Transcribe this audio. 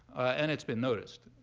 and it's been noticed.